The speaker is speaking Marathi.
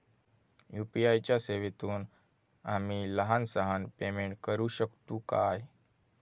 यू.पी.आय च्या सेवेतून आम्ही लहान सहान पेमेंट करू शकतू काय?